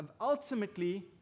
ultimately